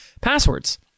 passwords